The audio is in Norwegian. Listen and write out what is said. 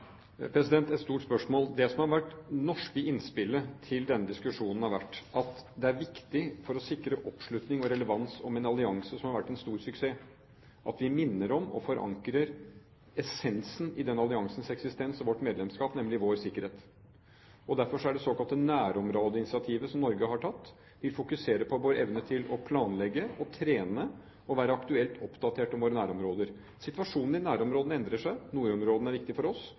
et stort spørsmål. Det som har vært det norske innspillet til denne diskusjonen, har vært at for å sikre oppslutning og relevans om en allianse som har vært en stor suksess, er det viktig at vi minner om og forankrer essensen i den alliansens eksistens og vårt medlemskap, nemlig vår sikkerhet. Derfor har Norge tatt det såkalte nærområdeinitiativet. Vi fokuserer på vår evne til å planlegge, trene og være aktuelt oppdaterte når det gjelder våre nærområder. Situasjonen i nærområdene endrer seg, nordområdene er viktige for oss,